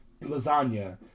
lasagna